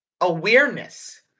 awareness